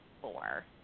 four